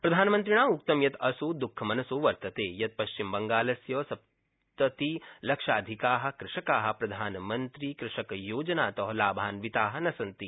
प्रधानमन्त्रिणा उक्तं यत् असौ दुःखमनसो वर्तते यत् पश्चिमबंगालस्य सप्तातिलक्षाधिका कृषका प्रधानमन्त्रीकृषकयोजनात लाभान्विता न सन्ति